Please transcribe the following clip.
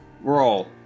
Roll